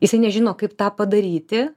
jisai nežino kaip tą padaryti